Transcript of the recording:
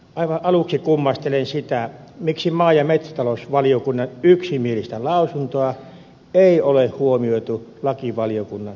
aivan aluksi kummastelen sitä miksi maa ja metsätalousvaliokunnan yksimielistä lausuntoa ei ole huomioitu lakivaliokunnan käsittelyssä